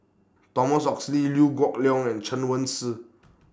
Thomas Oxley Liew Geok Leong and Chen Wen Hsi